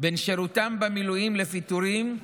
בין שירותם במילואים לפיטורים,